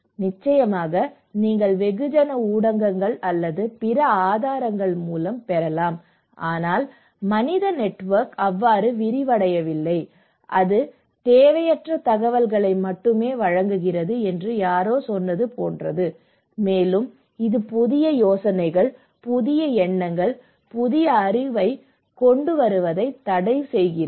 நிச்சயமாக நீங்கள் வெகுஜன ஊடகங்கள் அல்லது பிற ஆதாரங்கள் மூலம் பெறலாம் ஆனால் மனித நெட்வொர்க் அவ்வாறு விரிவடையவில்லை இது தேவையற்ற தகவல்களை மட்டுமே வழங்குகிறது என்று யாரோ சொன்னது போன்றது மேலும் இது புதிய யோசனைகள் புதிய எண்ணங்கள் புதிய அறிவைக் கொண்டுவருவதைத் தடைசெய்கிறது